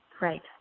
Right